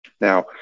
Now